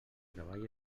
treball